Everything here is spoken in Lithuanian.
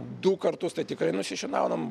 du kartus tai tikrai nusišinaunam